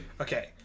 Okay